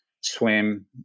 swim